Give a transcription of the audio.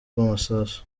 rw’amasasu